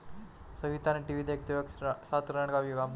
सविता ने टीवी देखते वक्त छात्र ऋण का विज्ञापन देखा